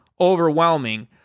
overwhelming